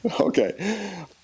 Okay